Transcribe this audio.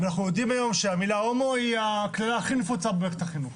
אנחנו יודעים היום שהמילה "הומו" היא הקללה הכי נפוצה במערכת החינוך